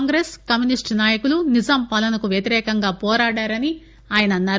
Congress communist నాయకులు నిజాం పాలనకు వ్యతిరేకంగా పోరాడారని ఆయన అన్నారు